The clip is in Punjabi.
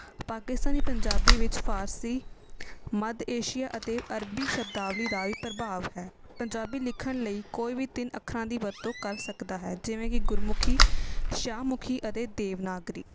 ਪਾਕਿਸਤਾਨੀ ਪੰਜਾਬੀ ਵਿੱਚ ਫਾਰਸੀ ਮੱਧ ਏਸ਼ੀਆ ਅਤੇ ਅਰਬੀ ਸ਼ਬਦਾਵਲੀ ਦਾ ਵੀ ਪ੍ਰਭਾਵ ਹੈ ਪੰਜਾਬੀ ਲਿਖਣ ਲਈ ਕੋਈ ਵੀ ਤਿੰਨ ਅੱਖਰਾਂ ਦੀ ਵਰਤੋਂ ਕਰ ਸਕਦਾ ਹੈ ਜਿਵੇਂ ਕਿ ਗੁਰਮੁਖੀ ਸ਼ਾਹਮੁਖੀ ਅਤੇ ਦੇਵਨਾਗਰੀ